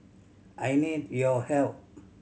I need your help